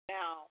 Now